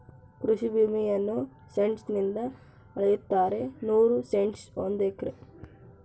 ಕೃಷಿ ಭೂಮಿಯನ್ನು ಸೆಂಟ್ಸ್ ನಿಂದ ಅಳೆಯುತ್ತಾರೆ ನೂರು ಸೆಂಟ್ಸ್ ಒಂದು ಎಕರೆ